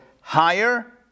higher